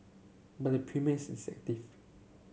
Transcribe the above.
but the premium is deceptive